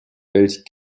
welch